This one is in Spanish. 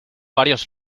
varios